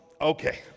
okay